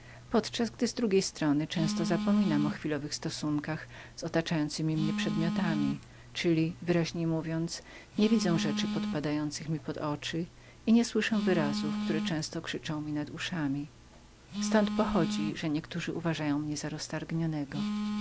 podczas gdy z drugiej strony często zapominam o chwilowych stosunkach z otaczającemi mnie przedmiotami czyli wyraźniej mówiąc niewidzę rzeczy podpadających mi pod oczy i niesłyszę wyrazów które często krzyczą mi nad uszami ztąd pochodzi że niektórzy uważają mnie za roztargnionego w